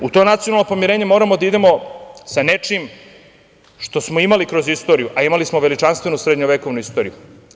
Zato, u to nacionalno pomirenje moramo da idemo sa nečim što smo imali kroz istoriju, a imali smo veličanstvenu srednjovekovnu istoriju.